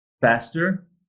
faster